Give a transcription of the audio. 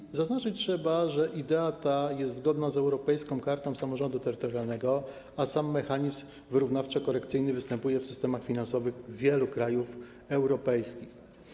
Trzeba zaznaczyć, że idea ta jest zgodna z Europejską Kartą Samorządu Terytorialnego, a sam mechanizm wyrównawczo-korekcyjny występuje w systemach finansowych wielu krajów europejskich.